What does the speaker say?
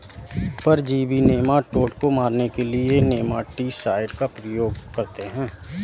परजीवी नेमाटोड को मारने के लिए नेमाटीसाइड का प्रयोग करते हैं